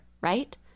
right